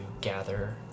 gather